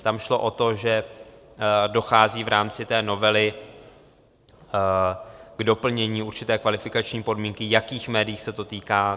Tam šlo o to, že dochází v rámci té novely k doplnění určité kvalifikační podmínky, jakých médií se to týká.